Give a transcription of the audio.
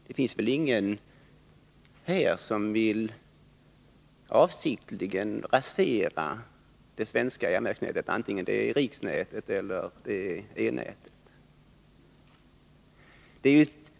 Det finns väl ingen här som avsiktligen vill rasera det svenska järnvägsnätet, vare sig det gäller riksnätet eller e-nätet.